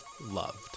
loved